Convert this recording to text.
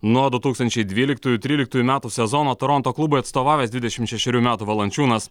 nuo du tūkstančiai dvyliktųjų tryliktųjų metų sezono toronto klubui atstovavęs dvidešim šešerių metų valančiūnas